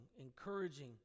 encouraging